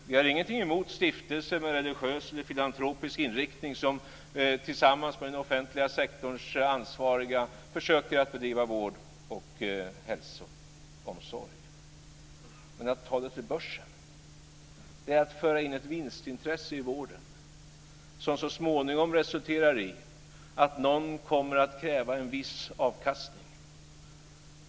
Vi har ingenting emot stiftelser med religiös eller filantropisk inriktning som tillsammans med den offentliga sektorns ansvariga försöker att bedriva vård och omsorg, men att introducera sjukhusen på börsen är att föra in ett vinstintresse i vården som så småningom resulterar i att någon kommer att kräva en viss avkastning.